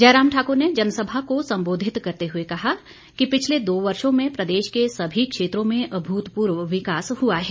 जयराम ठाकुर ने जनसभा को सम्बोधित करते हुए कहा कि पिछले दो वर्षों में प्रदेश के सभी क्षेत्रों में अभूतपूर्व विकास हुआ है